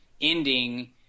ending